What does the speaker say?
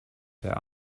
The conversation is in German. der